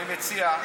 אני מציע,